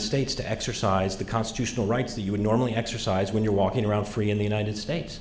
states to exercise the constitutional rights that you would normally exercise when you're walking around free in the united states